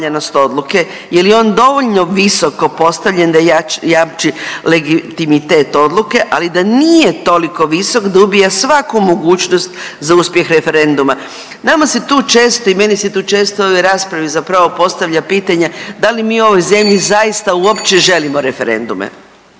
odluke je li on dovoljno visoko postavljen da jamči legitimitet odluke, ali da nije toliko visok da ubija svaku mogućnost za uspjeh referenduma. Nama se tu često i meni se tu često u ovoj raspravi zapravo postavlja pitanje da li mi u ovoj zemlji zaista uopće želimo referendume?